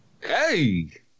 hey